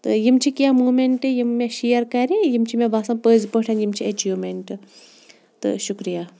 تہٕ یِم چھِ کینٛہہ موٗمٮ۪نٛٹ یِم مےٚ شیر کَرِ یِم چھِ مےٚ باسان پٔزۍ پٲٹھۍ یِم چھِ ایٚچیٖومٮ۪نٛٹ تہٕ شُکریہ